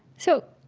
so,